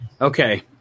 Okay